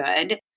good